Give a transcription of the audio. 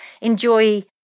enjoy